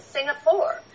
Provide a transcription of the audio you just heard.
Singapore